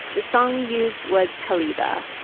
the song we used was kaleeba.